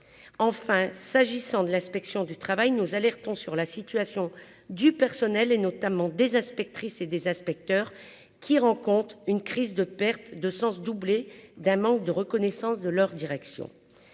enfin, s'agissant de l'inspection du travail, nous alertons sur la situation du personnel et notamment aspects triste et des inspecteurs qui rencontre une crise de perte de sens, doublée d'un manque de reconnaissance de leur direction,